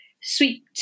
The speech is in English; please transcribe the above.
sweet